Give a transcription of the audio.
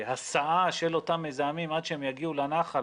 וההסעה של אותם מזהמים עד שהם יגיעו לנחל